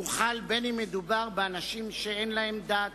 והוא חל בין שמדובר באנשים שאין להם דת,